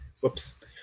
Whoops